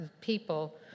people